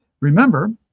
Remember